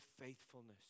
faithfulness